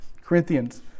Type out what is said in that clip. Corinthians